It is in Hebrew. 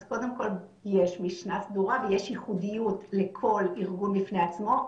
אז קודם כל יש משנה סדורה ויש ייחודיות לכל ארגון בפני עצמו,